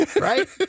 right